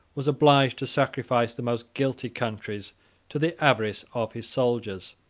was obliged to sacrifice the most guilty countries to the avarice of his soldiers.